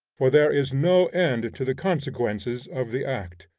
for there is no end to the consequences of the act.